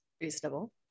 Reasonable